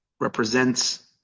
represents